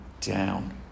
down